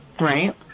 Right